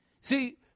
See